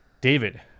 David